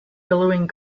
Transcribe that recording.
billowing